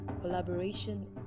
collaboration